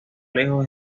lejos